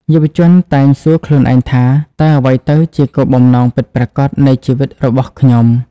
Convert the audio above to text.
យុវជនតែងសួរខ្លួនឯងថា "តើអ្វីទៅជាគោលបំណងពិតប្រាកដនៃជីវិតរបស់ខ្ញុំ?